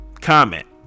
comment